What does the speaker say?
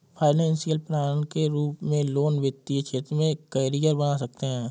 financial planner के रूप में लोग वित्तीय क्षेत्र में करियर बना सकते हैं